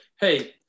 Hey